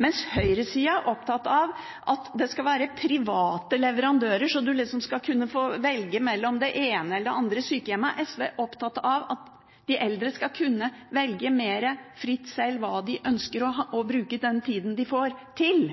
Mens høyresiden er opptatt av at det skal være private leverandører, så man liksom skal kunne få velge det ene eller det andre sykehjemmet, er SV opptatt av at de eldre skal kunne velge mer fritt sjøl hva de ønsker å bruke den tida de får, til.